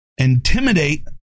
intimidate